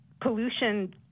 pollution –